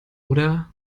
oder